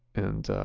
and